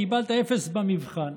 קיבלת אפס במבחן,